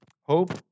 Hope